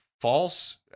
false